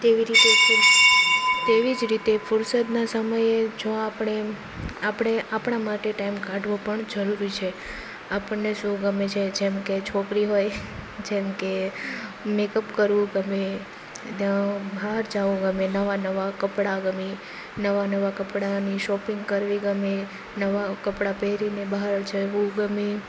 તેવી રીતે તેવી જ રીતે ફુરસદના સમયે જો આપણે આપણે આપણા માટે ટાઈમ કાઢવો પણ જરૂરી છે આપણને શું ગમે છે જેમ કે છોકરી હોય જેમ કે જે મેક અપ કરવું ગમે અને બહાર જવું ગમે નવા નવા કપડા ગમે નવા નવા કપડાની શોપિંગ કરવી ગમે નવા કપડા પહેરીને બહાર જવું ગમે